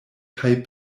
kaj